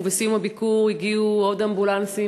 ובסיום הביקור הגיעו עוד אמבולנסים,